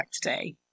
today